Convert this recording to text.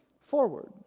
forward